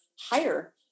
higher